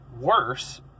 worse